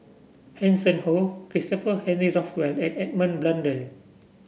Hanson Ho Christopher Henry Rothwell and Edmund Blundell